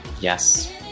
Yes